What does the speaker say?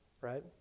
right